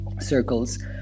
circles